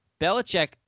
Belichick